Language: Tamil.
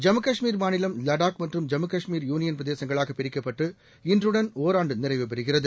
ஜம்மு காஷ்மீர் மாநிலம் லடாக் மற்றும் ஜம்மு காஷ்மீர் யூனியன் பிரதேசங்களாக பிரிக்கப்பட்டு இன்றுடன் ஒராண்டு நிறைவுபெறுகிறது